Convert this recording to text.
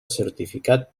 certificat